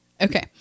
Okay